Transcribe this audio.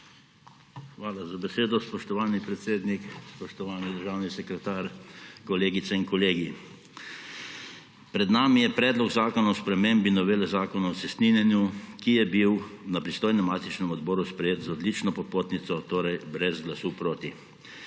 Hvala za besedo, spoštovani predsednik. Spoštovani državni sekretar, kolegice in kolegi! Pred nami je predlog zakona o spremembi novele Zakona o cestninjenju, ki je bil na pristojnem matičnem odboru sprejet z odlično popotnico, torej brez glasu proti.